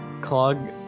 Clog